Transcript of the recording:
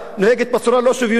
נוהגת בצורה לא שוויונית,